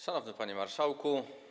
Szanowny Panie Marszałku!